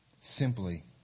simply